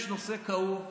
יש נושא כאוב,